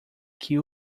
que